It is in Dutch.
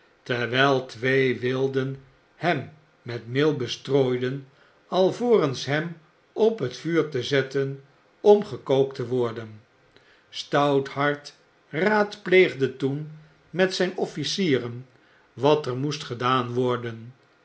twee wilden hem met meel bestrooiden alvorens hem op het vuur te zetten om gekookt te worden f f y i mid i m rrww r a r roman van luitenant kolonel robin redforth stouthart raadpleegde toen mat zijn officieren wat er moest gedaan worden